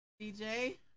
DJ